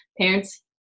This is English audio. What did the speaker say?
Parents